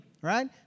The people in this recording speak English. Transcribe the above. Right